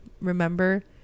remember